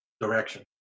direction